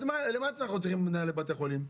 אז למה אנחנו צריכים את מנהלי בתי החולים?